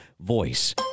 voice